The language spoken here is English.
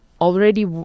already